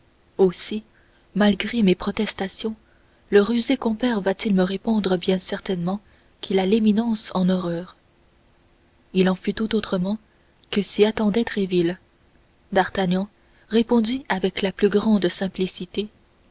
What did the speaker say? aussi malgré mes protestations le rusé compère va-t-il me répondre bien certainement qu'il a l'éminence en horreur il en fut tout autrement que s'y attendait tréville d'artagnan répondit avec la plus grande simplicité